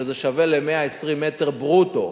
שזה שווה ל-120 מטר ברוטו.